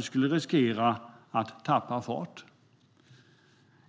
skulle riskera att tappa fart.